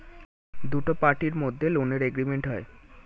দুটো পার্টির মধ্যে লোনের এগ্রিমেন্ট হয়